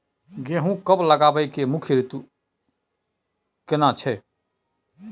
गेहूं कब लगाबै के मुख्य रीतु केना छै?